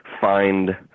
find